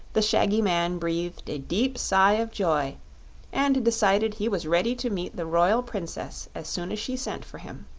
the shaggy man breathed a deep sigh of joy and decided he was ready to meet the royal princess as soon as she sent for him.